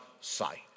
sight